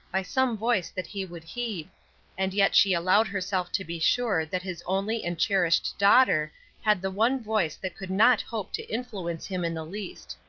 by some voice that he would heed and yet she allowed herself to be sure that his only and cherished daughter had the one voice that could not hope to influence him in the least.